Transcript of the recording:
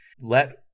let